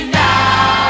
now